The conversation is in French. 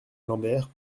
lambert